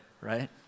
right